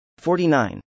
49